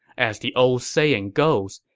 as the old saying goes,